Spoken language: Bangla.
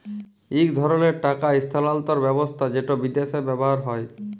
ইক ধরলের টাকা ইস্থালাল্তর ব্যবস্থা যেট বিদেশে ব্যাভার হ্যয়